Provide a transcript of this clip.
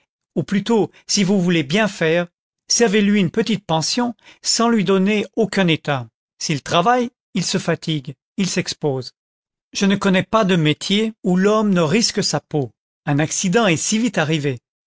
ou plutôt si vous voulez bien faire servez lui une petite pension sans lui donner aucun état s'il travaille il se fatigue il s'expose je ne connais pas de métier où l'homme ne risque sa peau un accident est si vite arrivé